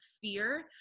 fear